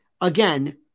again